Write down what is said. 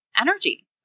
energy